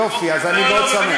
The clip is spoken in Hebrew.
יופי, אז אני מאוד שמח.